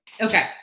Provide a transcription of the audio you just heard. Okay